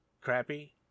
Crappy